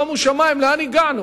רבותי, שומו שמים, לאן הגענו?